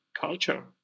culture